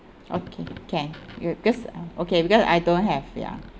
okay can you cause uh okay because I don't have ya